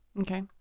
Okay